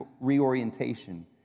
reorientation